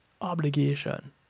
obligation